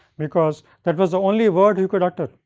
because that was the only word he could utter,